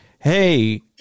Hey